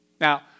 Now